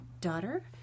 daughter